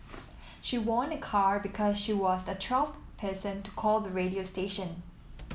she won a car because she was the twelfth person to call the radio station